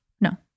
no